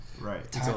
right